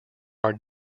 are